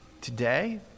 Today